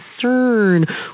concern